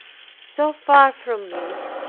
so far from it,